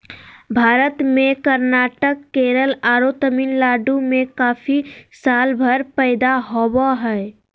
भारत में कर्नाटक, केरल आरो तमिलनाडु में कॉफी सालभर पैदा होवअ हई